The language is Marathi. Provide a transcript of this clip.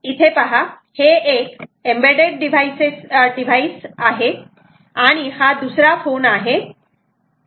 इथे पहा हे एक एम्बेड्डेड डिव्हाईस आहे आणि हा दुसरा फोन आहे